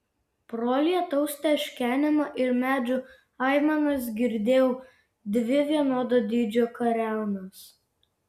pro lietaus teškenimą ir medžių aimanas girdėjau dvi vienodo dydžio kariaunas